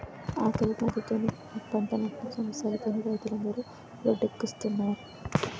ఆకలి బాధలతోనూ, పంటనట్టం సమస్యలతోనూ రైతులందరు రోడ్డెక్కుస్తున్నారు